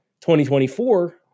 2024